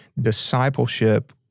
discipleship